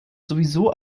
sowieso